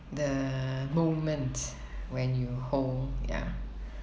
the moment when you hold ya